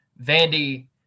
Vandy